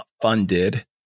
funded